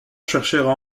cherchèrent